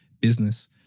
business